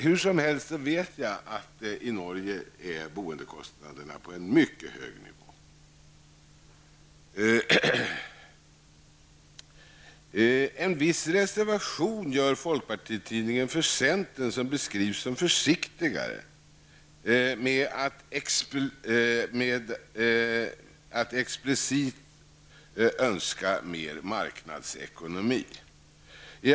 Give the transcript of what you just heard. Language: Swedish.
Hur som helst vet jag att boendekostnaderna i Norge ligger på en mycket hög nivå. En viss reservation gör folkpartitidningen för centern som beskrivs som försiktigare med att explicit önska mer marknadsekonomi.